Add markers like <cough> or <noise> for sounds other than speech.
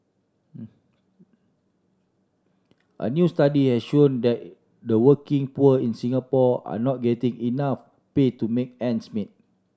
<noise> a new study has shown that the working poor in Singapore are not getting enough pay to make ends meet